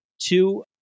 Two